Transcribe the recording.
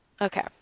Okay